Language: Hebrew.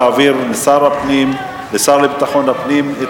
להעביר משר הפנים לשר לביטחון הפנים את